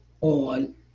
on